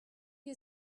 you